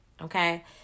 Okay